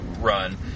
run